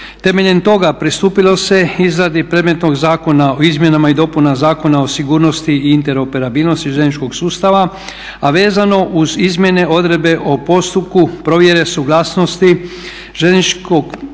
Temeljem toga pristupilo se izradi predmetnog Zakona o izmjenama i dopunama Zakona o sigurnosti i interoperabilnosti željezničkog sustava a vezano uz izmjene odredbe o postupku provjere suglasnosti željezničkih podsustava